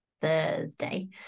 Thursday